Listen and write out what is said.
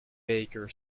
baker